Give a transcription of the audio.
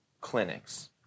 clinics